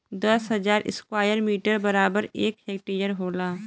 दस हजार square metre बराबर एक हेक्टेयर होला